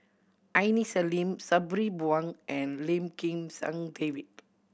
Aini Salim Sabri Buang and Lim Kim San David